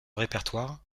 répertoire